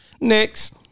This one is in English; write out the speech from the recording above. Next